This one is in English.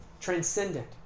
transcendent